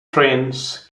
trains